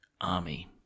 army